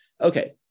Okay